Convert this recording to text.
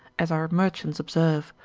as our merchants observe,